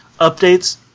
updates